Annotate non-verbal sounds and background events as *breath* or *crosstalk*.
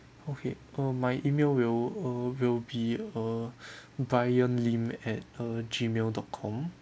okay uh my email will uh will be err *breath* bryan lim at uh gmail dot com